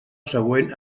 següent